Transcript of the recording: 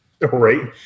Right